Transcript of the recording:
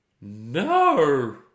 No